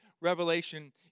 Revelation